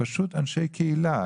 אלה אנשי קהילה.